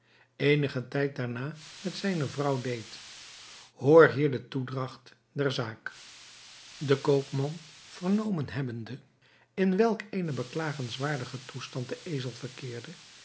eenigen tijd daarna met zijne vrouw deed hoor hier de toedragt der zaak de koopman vernomen hebbende in welk eenen beklagenswaardigen toestand de ezel verkeerde